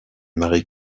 marie